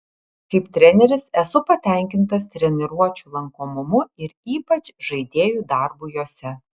kaip treneris esu patenkintas treniruočių lankomumu ir ypač žaidėjų darbu jose